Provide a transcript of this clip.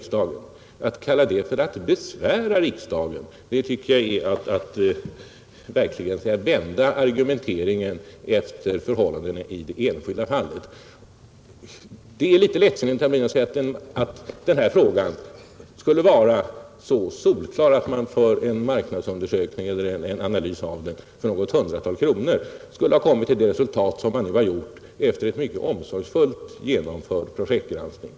Att kalla det för att besvära riksdagen tycker jag är att verkligen vända argumenteringen väl ogenerat efter förhållandena i det enskilda fallet. Det är likaledes lättsinnigt, herr Brundin, att säga att bedömningen av detta projekt skulle vara så enkel att man genom en marknadsundersökning eller analys av den för något hundratal kronor skulle ha kommit till det resultat som man nu har gjort efter en mycket omsorgsfullt genomförd projektgranskning.